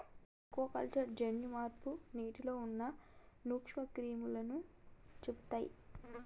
aquaculture జన్యు మార్పు నీటిలో ఉన్న నూక్ష్మ క్రిములని చెపుతయ్